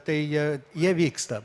tai jie jie vyksta